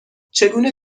چگونه